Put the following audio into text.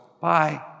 bye